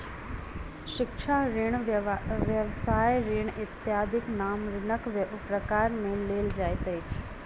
शिक्षा ऋण, व्यवसाय ऋण इत्यादिक नाम ऋणक प्रकार मे लेल जाइत अछि